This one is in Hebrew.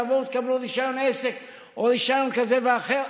תבואו ותקבלו רישיון עסק או רישיון כזה ואחר.